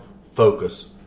focus